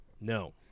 no